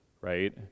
right